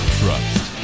trust